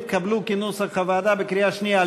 התקבלו כנוסח הוועדה בקריאה שנייה.